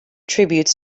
tributes